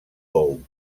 bou